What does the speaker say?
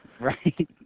Right